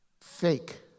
fake